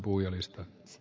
kun ed